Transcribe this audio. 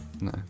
No